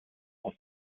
aus